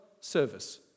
service